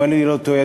אם אני לא טועה,